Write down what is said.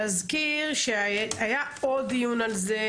נזכיר שהיה עוד דיון על זה